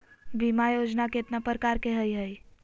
बीमा योजना केतना प्रकार के हई हई?